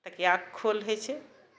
तकियाके खोल हय छै